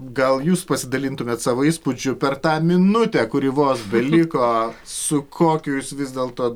gal jūs pasidalintumėt savo įspūdžiu per tą minutę kuri vos beliko su kokiu jūs vis dėlto